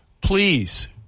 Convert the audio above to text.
please